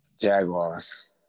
Jaguars